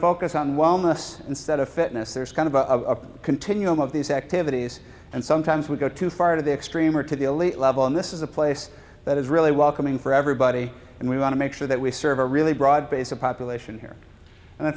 focus on wellness instead of fitness there's kind of a continuum of these activities and sometimes we go too far to the extreme or to the elite level and this is a place that is really welcoming for everybody and we want to make sure that we serve a really broad base of population here and i